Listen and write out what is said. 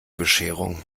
bescherung